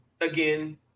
again